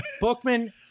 Bookman